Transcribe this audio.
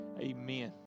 Amen